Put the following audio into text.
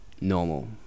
normal